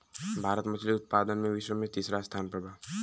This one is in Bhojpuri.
भारत मछली उतपादन में विश्व में तिसरा स्थान पर बा